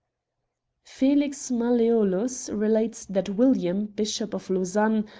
felix malleolus relates that william, bishop of lausanne,